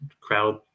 crowd